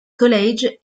college